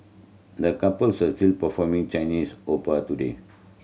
the couples are still performing Chinese opera today